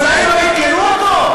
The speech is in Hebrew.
אולי לא עדכנו אותו?